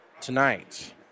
tonight